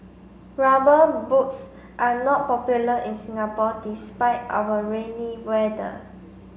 rubber boots are not popular in Singapore despite our rainy weather